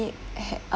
ha~ uh